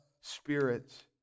Spirit